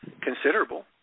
considerable